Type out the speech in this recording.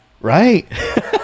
right